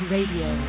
Radio